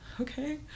okay